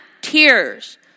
tears